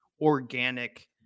organic